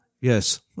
Yes